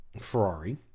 Ferrari